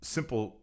Simple